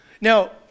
Now